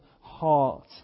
heart